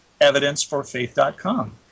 evidenceforfaith.com